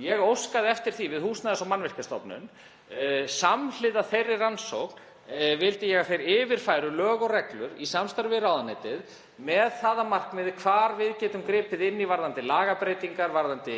Ég óskaði eftir því við Húsnæðis- og mannvirkjastofnun að samhliða þeirri rannsókn yfirfæru þau lög og reglur í samstarfi við ráðuneytið með það að markmiði að skoða hvar við getum gripið inn í varðandi lagabreytingar, varðandi